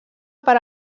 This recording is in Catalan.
per